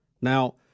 Now